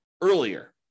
earlier